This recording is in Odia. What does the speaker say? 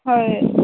ହଏ